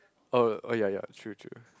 oh oh ya ya true true